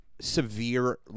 severe